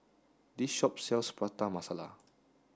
this shop sells Prata Masala